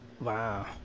Wow